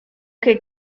que